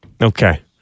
Okay